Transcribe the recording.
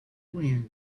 wind